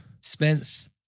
Spence